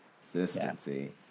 consistency